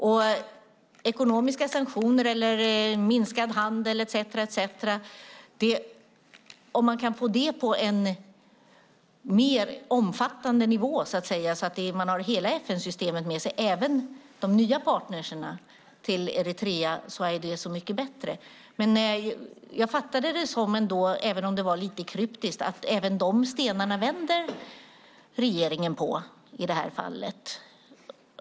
Om man kan få ekonomiska sanktioner, minskad handel, etcetera på en mer omfattande nivå så att man har hela FN-systemet med sig, även de nya partnerna till Eritrea, är det så mycket bättre. Jag fattade det ändå så, även om det var lite kryptiskt, att regeringen vänder även på de stenarna i det här fallet.